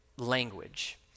language